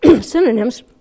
synonyms